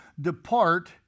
depart